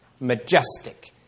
majestic